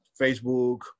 Facebook